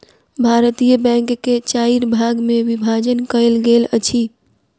भारतीय बैंक के चाइर भाग मे विभाजन कयल गेल अछि